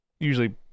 Usually